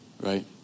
Right